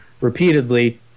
repeatedly